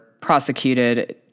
prosecuted